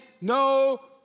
no